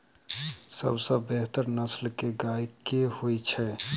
सबसँ बेहतर नस्ल केँ गाय केँ होइ छै?